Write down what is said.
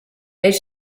elle